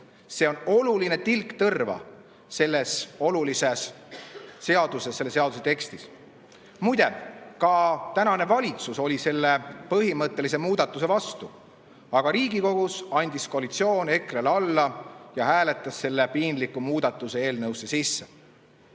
See on oluline tilk tõrva selle olulise seaduse tekstis. Muide, ka ametisolev valitsus oli selle põhimõttelise muudatuse vastu, aga Riigikogus andis koalitsioon EKRE-le alla ja hääletas selle piinliku muudatuse eelnõusse sisse. Kuna